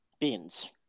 Bins